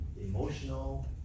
emotional